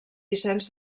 vicenç